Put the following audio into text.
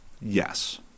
yes